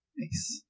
Thanks